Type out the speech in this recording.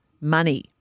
Money